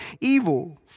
evil